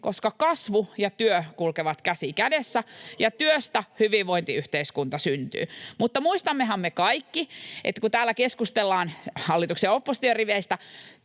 koska kasvu ja työ kulkevat käsi kädessä ja työstä hyvinvointiyhteiskunta syntyy. Mutta muistammehan me kaikki, että kun täällä keskustellaan hallituksen ja opposition riveistä